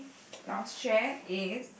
lounge chair is